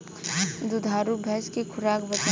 दुधारू भैंस के खुराक बताई?